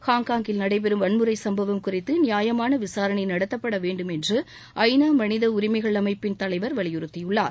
ஹாங்காங்கில் நடைபெறும் வன்முறைச் சும்பவம் குறித்து நியாயமான விசாரணை நடத்தப்பட வேண்டும் என்று ஐநா மனித உரிமைகள் அமைப்பின் தலைவர் வலியுறுத்தியுள்ளார்